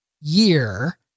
year